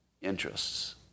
interests